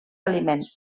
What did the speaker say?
aliment